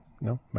No